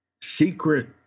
secret